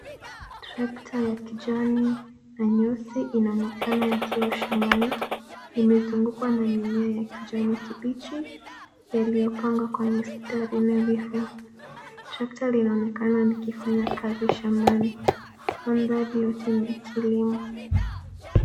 Trekta ya kijani na nyeusi inaonekana ikiwa shambani. Limezungukwa na mimea ya kijani kibichi, yaliyopangwa kwa mistari nadhifu. Tractor linaonekana likifanya kazi shambani. Mandhari yote ni ya kilimo.